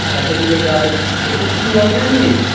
আচ্ছা ঠিক আছে আর ওষুধ কিছু লাগবে কি